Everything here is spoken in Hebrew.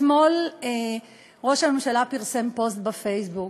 אתמול ראש הממשלה פרסם פוסט בפייסבוק.